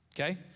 Okay